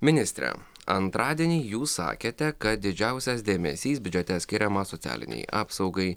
ministre antradienį jūs sakėte kad didžiausias dėmesys biudžete skiriamas socialinei apsaugai